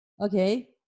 Okay